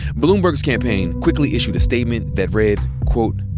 bloomberg's campaign quickly issued a statement that read, quote,